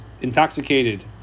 intoxicated